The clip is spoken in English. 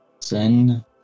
Sin